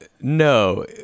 No